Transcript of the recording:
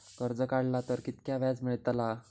कर्ज काडला तर कीतक्या व्याज मेळतला?